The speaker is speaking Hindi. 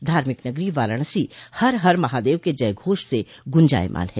धार्मिक नगरी वाराणसी हर हर महादेव के जयघोष से गूंजायमान है